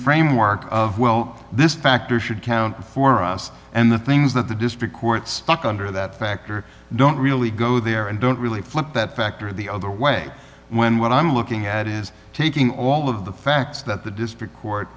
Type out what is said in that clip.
framework of well this factor should count for us and the things that the district court stuck under that factor don't really go there and don't really flip that factor the other way when what i'm looking at is taking all of the facts that the district court